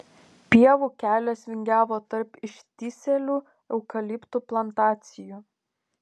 pievų kelias vingiavo tarp ištįsėlių eukaliptų plantacijų